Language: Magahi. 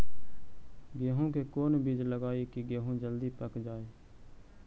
गेंहू के कोन बिज लगाई कि गेहूं जल्दी पक जाए?